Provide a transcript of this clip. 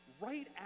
right